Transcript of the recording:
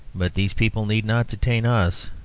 but these people need not detain us.